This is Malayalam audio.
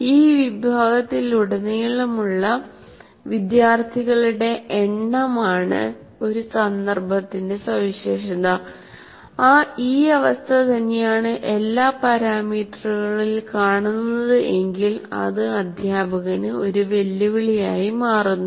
ഈ വിഭാഗങ്ങളിലുടനീളമുള്ള വിദ്യാർത്ഥികളുടെ എണ്ണമാണ് ഒരു സന്ദർഭത്തിന്റെ സവിശേഷത ഈ അവസ്ഥ തന്നെയാണ് എല്ലാ പാരാമീറ്ററുകളിൽ കാണുന്നത് എങ്കിൽ അത് അധ്യാപകന് ഒരു വെല്ലുവിളിയായി മാറുന്നു